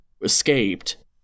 escaped